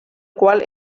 qual